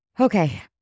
Okay